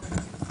בוקר טוב.